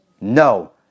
No